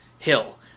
hill